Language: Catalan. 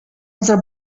altra